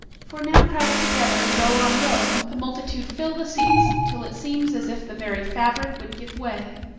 for now crowded together, row on row, the multitude fill the seats till it seems as if the very fabric would give way.